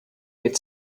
get